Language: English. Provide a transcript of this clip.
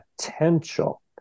potential